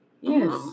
Yes